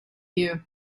you